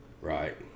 Right